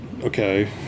okay